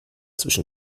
zwischen